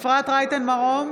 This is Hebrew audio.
אפרת רייטן מרום,